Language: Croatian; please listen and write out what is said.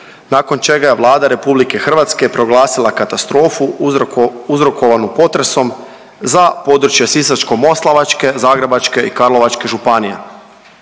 nakon čega je Vlada RH proglasila katastrofu uzrokovanu potresom za područje Sisačko-moslavačke, Zagrebačke i Karlovačke županije.